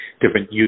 different